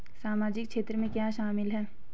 सामाजिक क्षेत्र में क्या शामिल है?